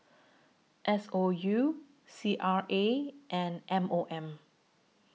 S O U C R A and M O M